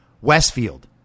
Westfield